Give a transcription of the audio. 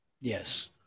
yes